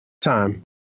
time